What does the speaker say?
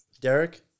Derek